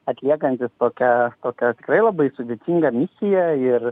atliekantis tokią tokią tikrai labai sudėtingą misiją ir